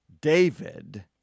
David